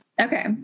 Okay